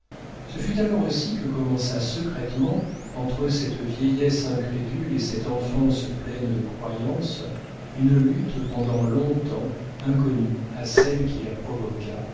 ce fut alors aussi que commença secrètement entre cette vieillesse incrédule et cette enfance pleine de croyance une lutte pendant longtemps inconnue à celle qui la provoqua